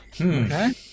Okay